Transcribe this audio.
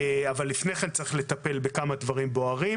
אבל לפני כן צריך לטפל בכמה דברים בוערים,